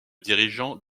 dirigeant